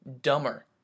dumber